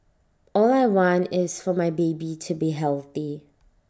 all I want is for my baby to be healthy